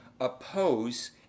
oppose